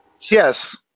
Yes